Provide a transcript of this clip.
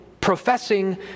professing